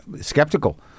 skeptical